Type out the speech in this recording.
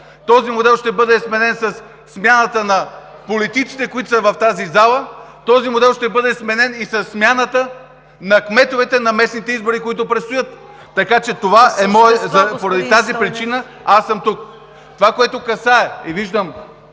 Този модел ще бъде сменен със смяната на политиците, които са в тази зала! Този модел ще бъде сменен и със смяната на кметовете на местните избори, които предстоят! (Шум и реплики от ГЕРБ и ОП.) По тази причина аз съм тук. Това, което касае – и виждам